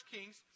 Kings